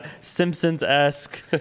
Simpsons-esque